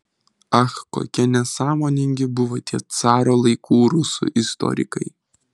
ach kokie nesąmoningi buvo tie caro laikų rusų istorikai